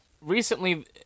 recently